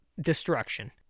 destruction